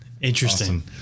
Interesting